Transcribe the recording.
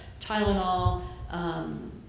Tylenol